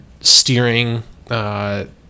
steering